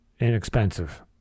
inexpensive